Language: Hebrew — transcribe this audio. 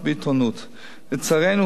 לצערנו התברר בדיעבד,